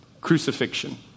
crucifixion